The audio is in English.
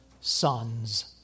sons